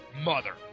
mother